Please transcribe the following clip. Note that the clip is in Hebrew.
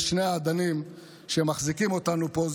על שני האדנים שמחזיקים אותנו פה,